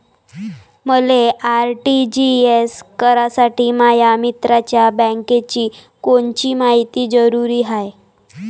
मले आर.टी.जी.एस करासाठी माया मित्राच्या बँकेची कोनची मायती जरुरी हाय?